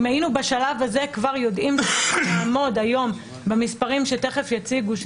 אם היינו בשלב הזה כבר יודעים שאנחנו נעמוד היום במספרים שתכף יציגו,